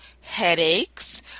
headaches